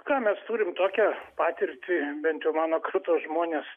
ką mes turim tokią patirtį bent jau mano kartos žmonės